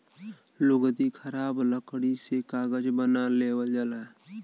लुगदी खराब लकड़ी से कागज बना लेवल जाला